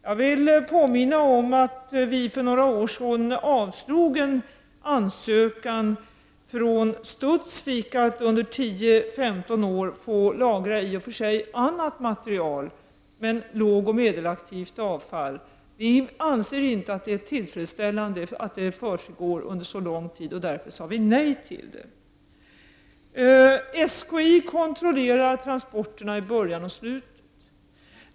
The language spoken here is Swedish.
Jag vill påminna om att vi för några år sedan avslog en ansökan från Studsvik om att man under 10—15 år skulle få lagra annat material. Men det gällde lågoch medelaktivt avfall. Vi anser inte att det är tillfredsställande att detta skulle försiggå under så lång tid, och därför sade vi nej. SKI kontrollerar transporterna i början och slutet.